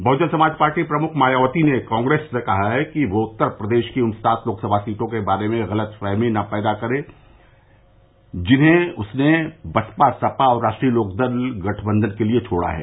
Bahujan Samaj Party प्रमुख मायावती ने कांग्रेस से कहा है कि वह उत्तर प्रदेश में उन सात लोकसभा सीटों के बारे में गलतफहमी पैदा न करें जिन्हें उसने बसप सपा और राष्ट्रीय लोकदल गठबंधन के लिए छोड़ा है